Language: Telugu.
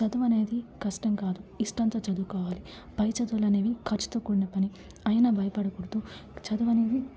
చదువు అనేది కష్టం కాదు ఇష్టంతో చదువుకోవాలి పై చదువులు అనేవి ఖర్చుతో కూడికున్న పని అయినా భయపడకూడదు చదవు అనేది